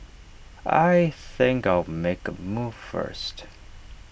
I think I'll make A move first